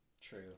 True